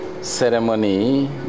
ceremony